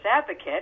advocate